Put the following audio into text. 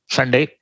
Sunday